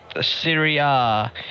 Syria